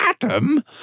Adam